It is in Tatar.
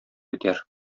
итәр